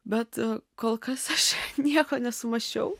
bet kol kas aš nieko nesumąsčiau